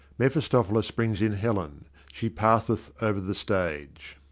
mephistophilis brings in helen she passeth over the stage.